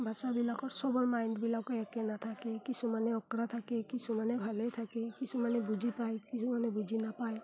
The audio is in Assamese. বাচ্চাবিলাকৰ চবৰ মাইণ্ডবিলাকো একে নাথাকে কিছুমানে অকৰা থাকে কিছুমানে ভালেই থাকে কিছুমানে বুজি পায় কিছুমানে বুজি নাপায়